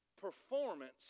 Performance